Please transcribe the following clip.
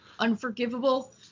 unforgivable